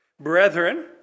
brethren